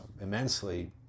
immensely